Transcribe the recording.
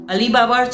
Alibaba &